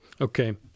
Okay